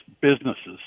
businesses